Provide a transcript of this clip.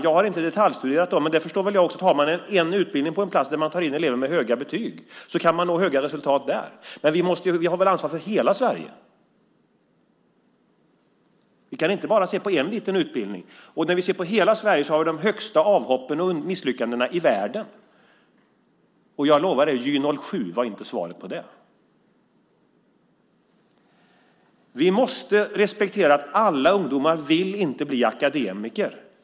Jag har inte detaljstuderat dem. Men det förstår väl jag också att man i en utbildning på en plats där man tar in elever med höga betyg kan nå höga resultat. Men vi har väl ansvar för hela Sverige? Vi kan inte bara se på en liten utbildning. När vi ser på hela Sverige har vi det högsta antalet avhopp och misslyckanden i världen. Jag lovar att GY-07 inte var svaret på det. Vi måste respektera att alla ungdomar inte vill bli akademiker.